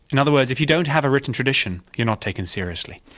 in other words, if you don't have a written tradition, you're not taken seriously.